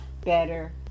better